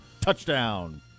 touchdown